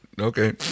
Okay